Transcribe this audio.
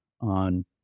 on